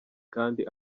kandi